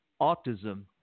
autism